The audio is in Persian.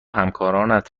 همکارانت